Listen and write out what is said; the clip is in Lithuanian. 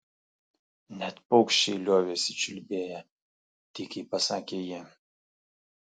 net paukščiai liovėsi čiulbėję tykiai pasakė ji